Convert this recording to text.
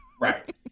Right